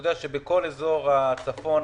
אתה יודע שבכל אזור הצפון,